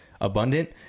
abundant